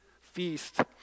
feast